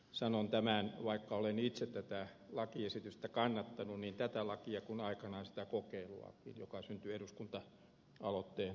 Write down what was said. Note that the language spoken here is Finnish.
sanon tämän vaikka olen itse tätä lakiesitystä kannattanut niin tätä lakia kuin aikanaan sitä kokeiluakin joka syntyi eduskunta aloitteen pohjalta